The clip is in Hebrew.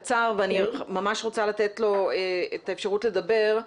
ואני ממש רוצה לתת לו את האפשרות לדבר,